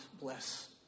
bless